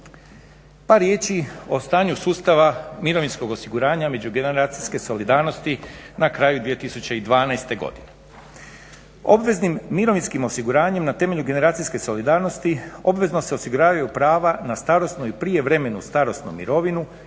Par riječi o stanju sustava mirovinskog osiguranja, međugeneracijske solidarnosti na kraju 2012. godine. Obveznim mirovinskim osiguranjem na temelju generacijske solidarnosti, obvezno se osiguravaju prava na starosnu i prijevremenu, starosnu mirovinu,